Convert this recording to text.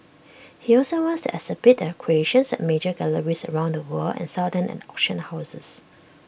he also wants to exhibit the creations at major galleries around the world and sell them at auction houses